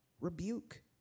rebuke